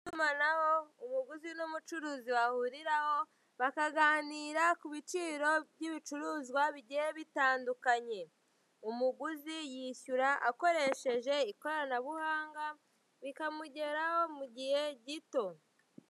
Itumanaho umuguzi n'umucuruzi bahuriraho, bakaganira ku biciro by'ibicuruzwa bigiye bitandukanye. Umuguzi yishyura akoresheje ikoranabuhanga, bikamugeraho mu gihe gito.